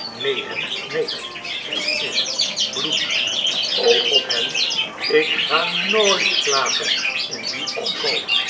nee hen nee t is bloed o god hen ik ga nooit slapen in die alkoof